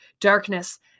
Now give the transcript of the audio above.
darkness